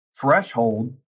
threshold